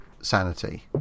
sanity